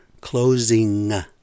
Closing